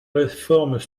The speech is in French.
réformes